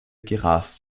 gerast